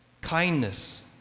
Kindness